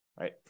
right